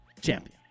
champion